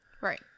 right